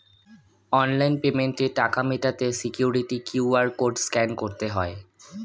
online পেমেন্টে টাকা মেটাতে সিকিউরিটি কিউ.আর কোড স্ক্যান করতে হয়